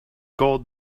gold